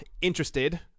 interested